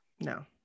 no